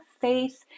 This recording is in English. faith